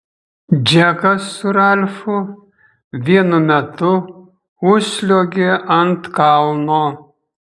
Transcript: džekas su ralfu vienu metu užsliuogė ant kalno